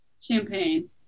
Champagne